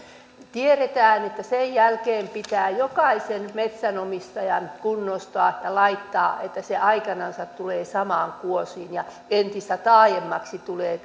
tiedetään että sen jälkeen pitää jokaisen metsänomistajan kunnostaa ja laittaa että se aikanansa tulee samaan kuosiin ja entistä taajemmaksi tulevat